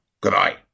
Goodbye